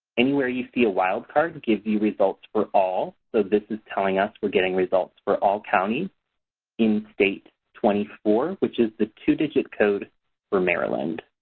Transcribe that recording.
anywhere you see a wild card gives you results for all so this is telling us we're getting results for all counties in state twenty four which is the two-digit code for maryland.